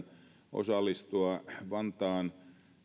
osallistua vantaan